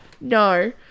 No